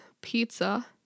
pizza